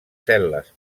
cel·les